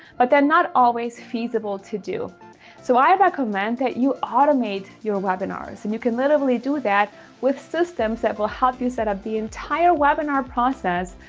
but then not always feasible to do so. i recommend that you automate your webinars and you can literally do that with systems that will help you set up the entire webinar process,